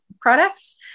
products